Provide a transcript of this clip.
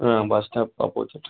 bus stop opposite